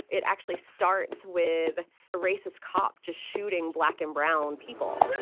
it actually starts with a racist cop just shooting black and brown people